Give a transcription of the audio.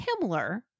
Himmler